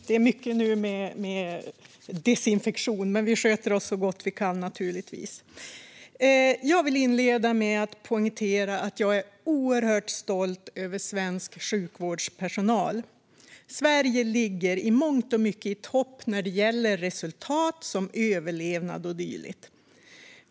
Herr talman! Jag vill inleda med att poängtera att jag är oerhört stolt över svensk sjukvårdspersonal. Sverige ligger i mångt och mycket i topp när det gäller resultat som överlevnad och dylikt.